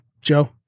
Joe